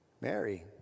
Mary